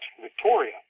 Victoria